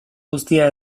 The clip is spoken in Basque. guztia